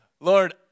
Lord